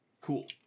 cool